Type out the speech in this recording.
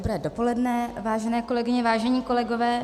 Dobré dopoledne, vážené kolegyně, vážení kolegové.